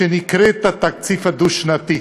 שנקראת "התקציב הדו-שנתי".